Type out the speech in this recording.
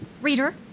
Reader